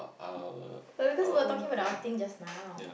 but because we were talking about the outing just now